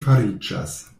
fariĝas